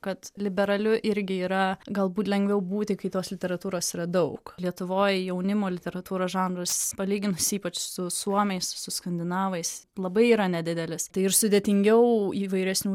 kad liberaliu irgi yra galbūt lengviau būti kai tos literatūros yra daug lietuvoj jaunimo literatūros žanras palyginus ypač su suomiais su skandinavais labai yra nedidelis tai ir sudėtingiau įvairesnių